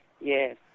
Yes